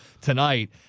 tonight